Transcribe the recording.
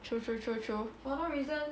true true true true